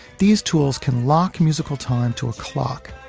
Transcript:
these tools can lock musical time to a clock,